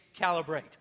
calibrate